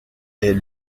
est